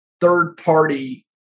third-party